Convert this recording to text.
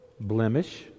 blemish